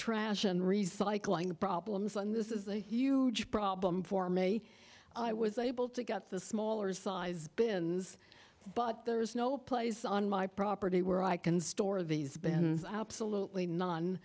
trash and recycling problems and this ringback is a huge problem for me i was able to get the smaller size bins but there is no place on my property where i can store these been absolutely none